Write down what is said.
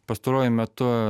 pastaruoju metu